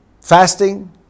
Fasting